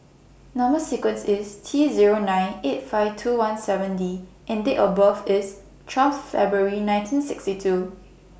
Number sequence IS T Zero nine eight five two one seven D and Date of birth IS twelve February nineteen sixty two